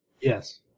Yes